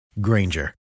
Granger